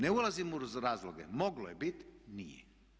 Ne ulazim u razloge, moglo je biti, nije.